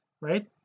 right